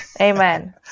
amen